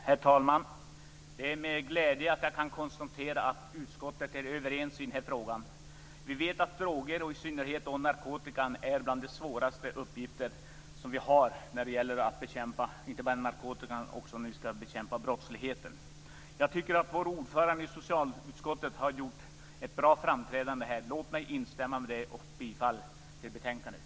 Herr talman! Det är med glädje jag kan konstatera att utskottet är överens i den här frågan. Vi vet att droger, och i synnerhet då narkotika, hör till de svåraste uppgifter vi har. Det gäller inte bara att bekämpa narkotikan utan också att bekämpa brottsligheten. Jag tycker att vår ordförande i socialutskottet har gjort ett bra framträdande här. Låt mig instämma i det och yrka bifall till hemställan i betänkandet.